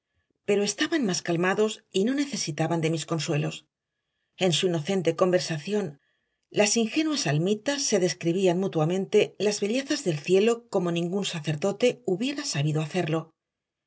pero estaban más calmados y no necesitaban de mis consuelos en su inocente conversación las ingenuas almitas se describían mutuamente las bellezas del cielo como ningún sacerdote hubiera sabido hacerlo